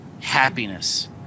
Happiness